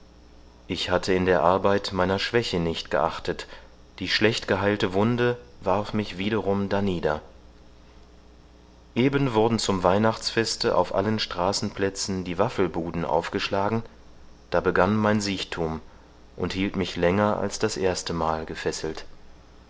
ich hatte in der arbeit meiner schwäche nicht geachtet die schlecht geheilte wunde warf mich wiederum danieder eben wurden zum weihnachtsfeste auf allen straßenplätzen die waffelbuden aufgeschlagen da begann mein siechthum und hielt mich länger als das erste mal gefesselt